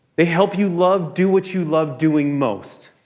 they help you love do what you love doing most.